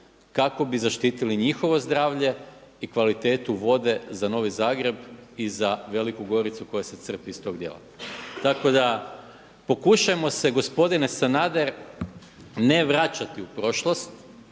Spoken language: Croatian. kako bi zaštitili njihovo zdravlje i kvalitetu vode za Novi Zagreb i Veliku Goricu koja se crpi iz tog dijela. Tako da pokušajmo se gospodine Sanader ne vraćati u prošlost,